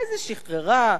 איזה שחררה,